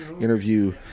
interview